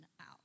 out